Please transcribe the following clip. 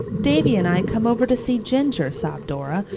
davy and i came over to see ginger, sobbed dora,